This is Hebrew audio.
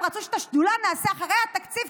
הם רצו שאת השדולה נעשה אחרי התקציב,